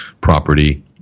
property